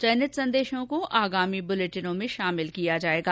चयनित संदेशों को आगामी बुलेटिनों में शामिल किया जाएगा